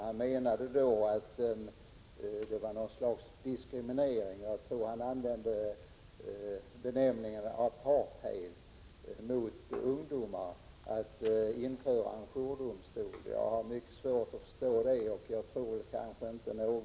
Han menade att det var ett slags diskriminering — jag tror han använde benämningen apartheid — mot ungdomar att införa en jourdomstol.